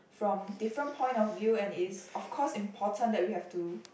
from different point of view and is of course important that we have to